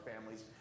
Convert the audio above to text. families